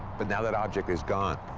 but now that object is gone.